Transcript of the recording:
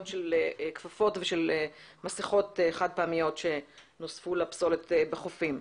של כפפות ושל מסכות חד פעמיות שנוספו לפסולת בחופים.